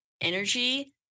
energy